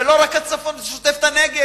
ולא רק את הצפון, זה שוטף את הנגב.